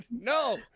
No